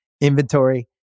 inventory